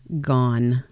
gone